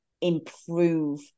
improve